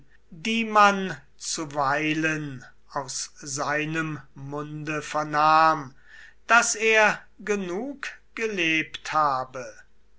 die man zuweilen aus seinem munde vernahm daß er genug gelebt habe